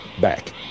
back